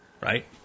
right